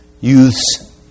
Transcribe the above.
youths